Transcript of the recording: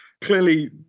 Clearly